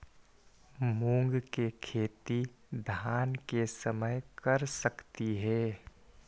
मुंग के खेती धान के समय कर सकती हे?